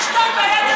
חשבנו והבנו.